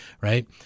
right